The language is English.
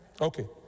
Okay